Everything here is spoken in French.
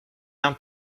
main